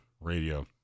radio